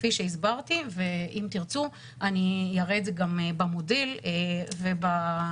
כפי שהסברתי ואם תרצו אני אראה את זה גם במודל ובמצגת,